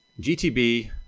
GTB